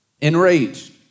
enraged